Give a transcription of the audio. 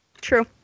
True